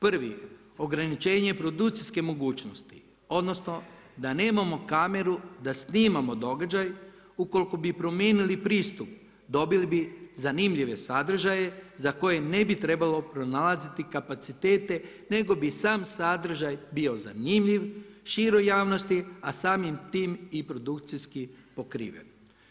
Prvi je, ograničenje produkcijske mogućnosti, odnosno da nemamo kameru da snimamo događaj ukoliko bi promijenili pristup, dobili bi zanimljive sadržaje za koje ne bi trebalo pronalaziti kapacitete nego bi sam sadržaj bio zanimljiv široj javnosti a samim tim i produkcijski pokriven.